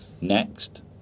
Next